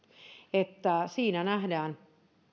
että siinä nähdään